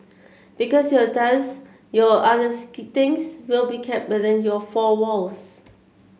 because your dance your others things will be kept within your four walls